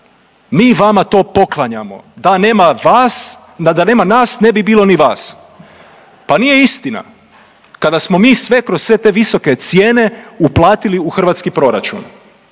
mi vama to poklanjamo, da nema nas ne bi bilo ni vas. Pa nije istina, kada smo mi sve kroz sve te visoke cijene uplatili u hrvatski proračun.